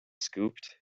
scooped